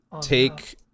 take